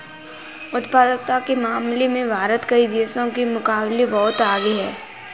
उत्पादकता के मामले में भारत कई देशों के मुकाबले बहुत आगे है